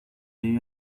debe